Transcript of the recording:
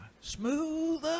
Smooth